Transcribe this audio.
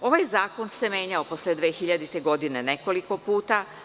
Ovaj zakon se menjao posle 2000. godine nekoliko puta.